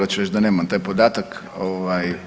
Ja ću reći da nemam taj podatak.